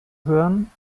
hören